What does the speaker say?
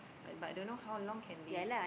but I don't know how long can they